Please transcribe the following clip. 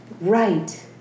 right –